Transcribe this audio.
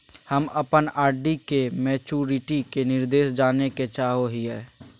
हम अप्पन आर.डी के मैचुरीटी के निर्देश जाने के चाहो हिअइ